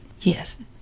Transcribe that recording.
yes